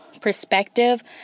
perspective